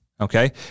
okay